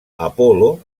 apol·lo